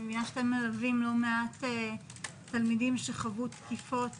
כי אני מבינה שאתם מלווים לא מעט תלמידים שחוו תקיפות